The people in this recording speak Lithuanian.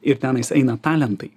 ir tenais eina talentai